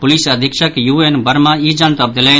police अधीक्षक U N Varma ई जनतब देलनि